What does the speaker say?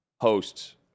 hosts